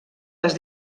les